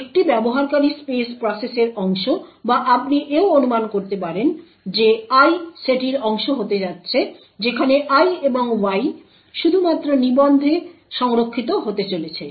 একটি ব্যবহারকারী স্পেস প্রসেসের অংশ বা আপনি এও অনুমান করতে পারেন যে I সেটির অংশ হতে যাচ্ছে যেখানে I এবং Y শুধুমাত্র নিবন্ধে সংরক্ষিত হতে চলেছে